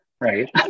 Right